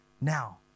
now